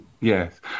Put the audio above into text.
Yes